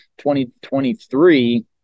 2023